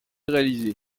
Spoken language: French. réalisées